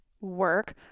work